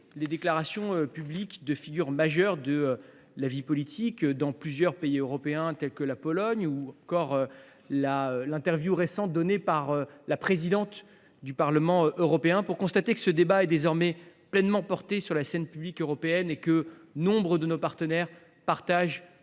les déclarations publiques de figures majeures de la vie politique dans plusieurs pays européens, tels que la Pologne, ou encore de se référer à l’interview récente de la présidente du Parlement européen pour constater que ce débat est désormais pleinement engagé sur la scène publique européenne et que nombre de nos partenaires partagent